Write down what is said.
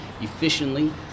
efficiently